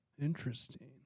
Interesting